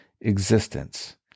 existence